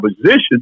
position